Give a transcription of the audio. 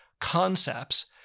concepts